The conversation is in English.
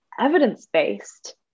evidence-based